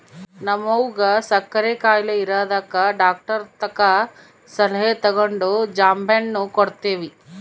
ನಮ್ವಗ ಸಕ್ಕರೆ ಖಾಯಿಲೆ ಇರದಕ ಡಾಕ್ಟರತಕ ಸಲಹೆ ತಗಂಡು ಜಾಂಬೆಣ್ಣು ಕೊಡ್ತವಿ